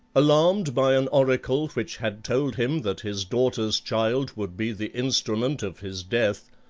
alarmed by an oracle which had told him that his daughter's child would be the instrument of his death,